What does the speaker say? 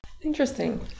Interesting